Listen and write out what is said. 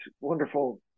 wonderful